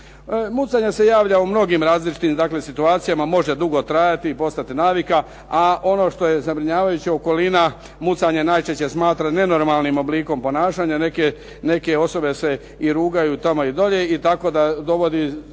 Mucanje se javlja u mnogim različitim situacijama, može dugo trajati i postati navika, a ono što je zabrinjavajuće okolina mucanje najčešće smatra nenormalnim oblikom ponašanja, neke osobe se i rugaju tome i tako da dolazi